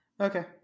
Okay